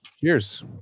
Cheers